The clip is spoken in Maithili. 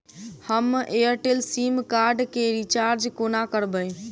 हम एयरटेल सिम कार्ड केँ रिचार्ज कोना करबै?